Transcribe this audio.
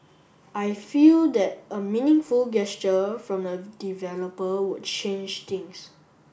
I feel that a meaningful gesture from the developer would change things